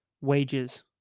wages